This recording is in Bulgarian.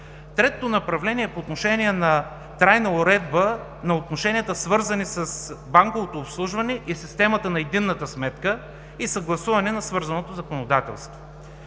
Третото направление е по отношение на трайна уредба на отношенията, свързани с банковото обслужване, и на системата на единната сметка и съгласуването на свързаното законодателство.